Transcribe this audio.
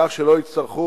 כך שלא יצטרכו,